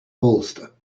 bolster